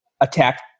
attack